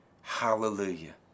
Hallelujah